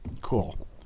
Cool